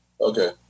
Okay